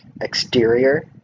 exterior